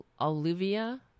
Olivia